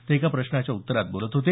ते एका प्रश्नाच्या उत्तरात बोलत होते